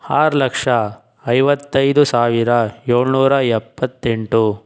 ಆರು ಲಕ್ಷ ಐವತ್ತೈದು ಸಾವಿರ ಏಳ್ನೂರ ಎಪ್ಪತ್ತೆಂಟು